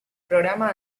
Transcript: programa